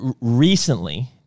recently